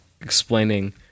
explaining